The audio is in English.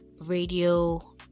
radio